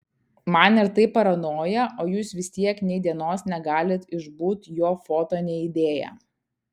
man ir taip paranoja o jūs vis tiek nei dienos negalit išbūt jo foto neįdėję